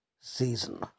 season